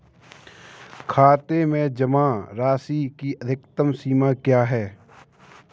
खाते में जमा राशि की अधिकतम सीमा क्या है?